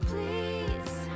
Please